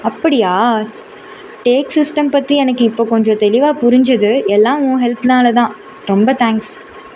அப்படியா tax system பற்றி எனக்கு இப்போது கொஞ்சம் தெளிவாக புரிஞ்சது எல்லாம் உன் ஹெல்ப்பினால தான் ரொம்ப தேங்க்ஸ்